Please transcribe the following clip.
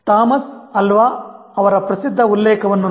Thomas Alva ಅವರ ಪ್ರಸಿದ್ಧ ಉಲ್ಲೇಖವನ್ನು ನೋಡಿ